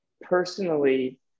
personally